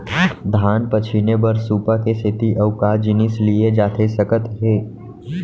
धान पछिने बर सुपा के सेती अऊ का जिनिस लिए जाथे सकत हे?